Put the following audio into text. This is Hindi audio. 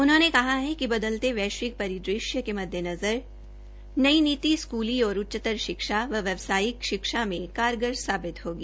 उन्होंने कहा कि बदलते वैश्विक परिदृश्य के मद्देनजर नई नीति स्कूली और उच्चतर शिक्षा व व्यावसायिक शिक्षा में कारगार साबित होगी